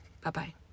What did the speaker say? Bye-bye